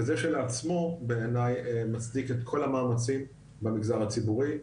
וזה כשלעצמו בעיניי מצדיק את כל המאמצים במגזר הציבורי,